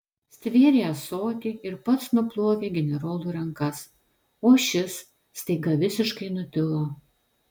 stvėrė ąsotį ir pats nuplovė generolui rankas o šis staiga visiškai nutilo